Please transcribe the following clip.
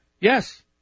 yes